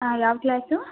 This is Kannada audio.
ಹಾಂ ಯಾವ ಕ್ಲಾಸು